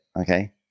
okay